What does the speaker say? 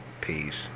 Peace